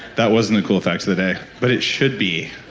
that wasn't a cool fact of the day but it should be